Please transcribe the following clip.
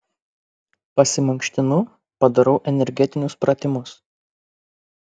pasimankštinu padarau energetinius pratimus